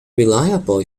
reliable